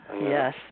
Yes